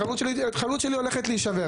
החנות שלי הולכת להישבר.